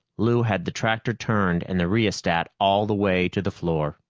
lou had the tractor turned and the rheostat all the way to the floor.